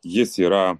jis yra